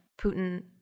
Putin